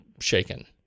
shaken